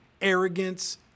arrogance